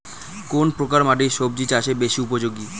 কোন প্রকার মাটি সবজি চাষে বেশি উপযোগী?